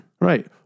Right